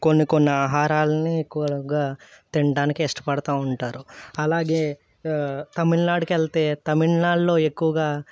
కొన్ని కొన్ని ఆహారాలని ఎక్కువగా తినడానికి ఇష్టపడతూ ఉంటారు అలాగే తమిళనాడుకి వెళితే తమిళనాడులో ఎక్కువగా